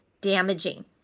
damaging